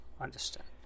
understand